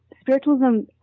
spiritualism